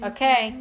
Okay